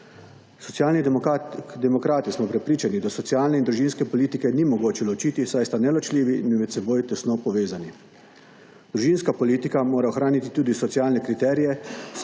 Socialni demokrati smo prepričani, da socialne in družinske politike ni mogoče ločiti, saj sta neločljivi in med seboj tesno povezani. Družinska politika mora ohraniti tudi socialne kriterije,